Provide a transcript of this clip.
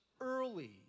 early